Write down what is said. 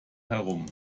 herum